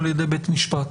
על ידי בית המשפט?